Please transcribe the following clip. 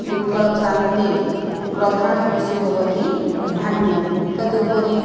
उत्कलप्रान्ते प्रधाना कृषिः भवति धान्यं तत् उपरि